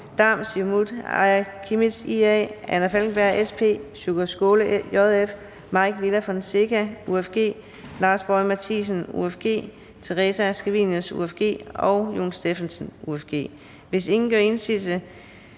Hvis ingen gør indsigelse